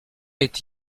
est